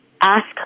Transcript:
ask